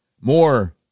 More